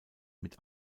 mit